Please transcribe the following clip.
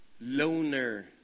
loner